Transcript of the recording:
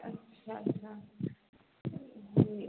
अच्छा अच्छा जी